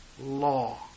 law